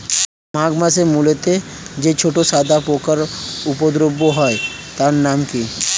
মাঘ মাসে মূলোতে যে ছোট সাদা পোকার উপদ্রব হয় তার নাম কি?